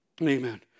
Amen